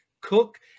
cook